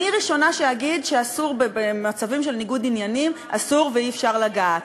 אני הראשונה שתגיד שבמצבים של ניגוד עניינים אסור ואי-אפשר לגעת.